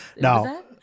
No